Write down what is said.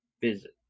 visit